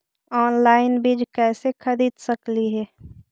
Online बीज कईसे खरीद सकली हे?